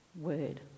word